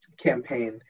campaign